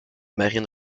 marine